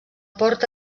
porta